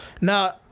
Now